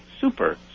super